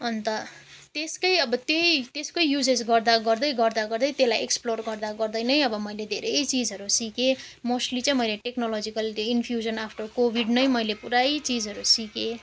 अन्त त्यसको अब त्यही त्यसको युजेस गर्दा गर्दै गर्दा गर्दै त्यसलाई एक्सप्लोर गर्दा गर्दै नै अब मैले धेरै चिजहरू सिकेँ मोस्टली चाहिँ मैले टेक्नोलोजिकल इन्फ्युजन आफ्टर कोभिड नै मैले पुरा चिजहरू सिकेँ